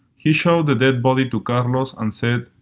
he showed the dead body to carlos and said,